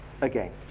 again